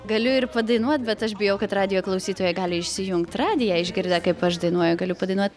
galiu ir padainuot bet aš bijau kad radijo klausytojai gali išsijungt radiją išgirdę kaip aš dainuoju galiu padainuot